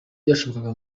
byashobokaga